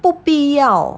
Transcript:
不必要